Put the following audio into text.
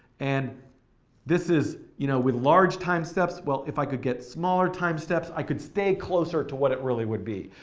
and this is, you know, with large time well, if i could get smaller time steps, i could stay closer to what it really would be.